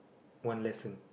one lesson